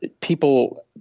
people